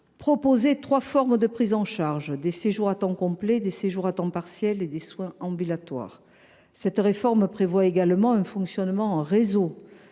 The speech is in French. proposer trois formes de prise en charge : des séjours à temps complet, des séjours à temps partiel et des soins ambulatoires. Cette réforme prévoit également un fonctionnement en réseau,